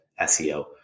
SEO